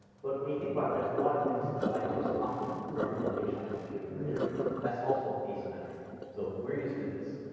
but when you think about it, there's a lot of things like two's complement of representation on a computer for integers that's also asymmetric. so we're used to this,